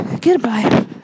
Goodbye